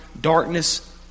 darkness